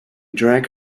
drank